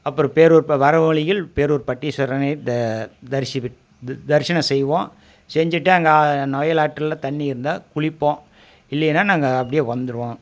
அப்புறோம் பேரூர் இப்போ வர வழியில் பேரூர் பட்டீஸ்வரனை த தரிஷிகிட் து தரிசனோம் செய்வோம் செஞ்சிவிட்டு அங்கே நொய்யல் ஆற்றுல தண்ணி இருந்தால் குளிப்போம் இல்லையின்னா நாங்கள் அப்படியே வந்துருவோம்